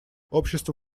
общество